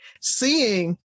seeing